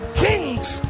kings